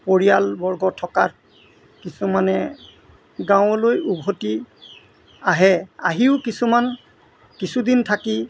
পৰিয়ালবৰ্গ থকা কিছুমানে গাঁৱলৈ উভতি আহে আহিও কিছুমান কিছুদিন থাকি